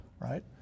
Right